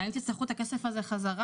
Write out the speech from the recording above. האם תצטרכו את הכסף הזה חזרה,